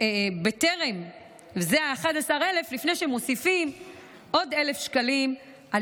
זה 11,000 לפני שמוסיפים עוד 1,000 שקלים על